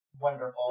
wonderful